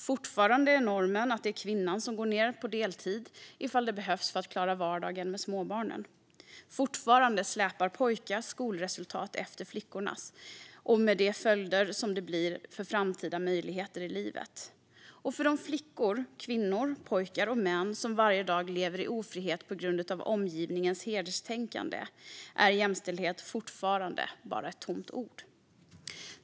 Fortfarande är normen att det är kvinnan som går ned till deltid om det behövs för att klara vardagen med småbarnen. Fortfarande släpar pojkars skolresultat efter flickors, med de följder detta får för deras framtida möjligheter i livet. Och för de flickor, kvinnor, pojkar och män som varje dag lever i ofrihet på grund av omgivningens hederstänkande är jämställdhet fortfarande bara ett tomt ord.